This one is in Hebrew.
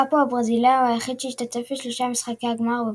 קאפו הברזילאי הוא היחיד שהשתתף בשלושה משחקי גמר בפועל.